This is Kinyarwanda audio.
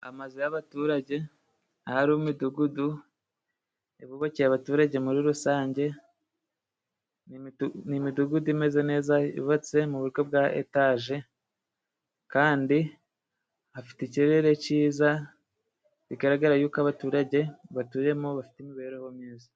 Amazu y'abaturage, ahari umudugudu ahubakiye abaturage muri rusange, n'imidugudu imeze neza yubatse mu buryo bwa etaje, kandi hafite ikirere cyiza bigaragara yuko abaturage batuyemo bafite imibereho myiza.